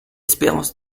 espérance